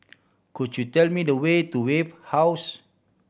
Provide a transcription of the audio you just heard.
could you tell me the way to Wave House